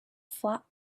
flap